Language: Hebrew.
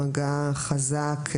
מגע חזק,